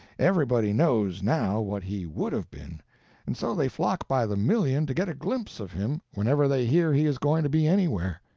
everybody knows, now, what he would have been and so they flock by the million to get a glimpse of him whenever they hear he is going to be anywhere.